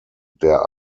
der